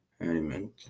element